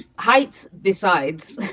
height's decide.